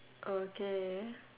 okay